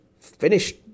finished